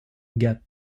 gap